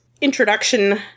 introduction